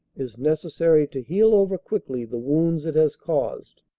is necessary to heal over quickly the wounds it has caused.